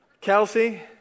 Kelsey